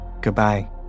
Goodbye